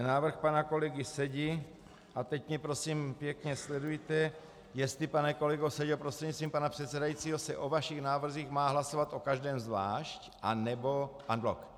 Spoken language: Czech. Návrh pana kolegy Sedi, a teď mě prosím pěkně sledujte, jestli, pane kolego Seďo prostřednictvím pana předsedajícího, se o vašich návrzích má hlasovat o každém zvlášť, nebo en bloc.